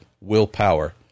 willpower